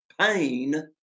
pain